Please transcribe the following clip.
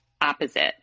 opposite